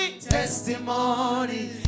testimony